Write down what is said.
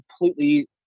completely